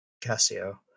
Casio